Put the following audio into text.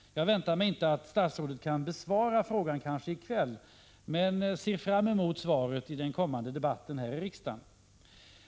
Jag väntar mig inte att statsrådet kan besvara frågan i kväll, men jag ser fram mot svaret i den kommande debatten här i riksdagen.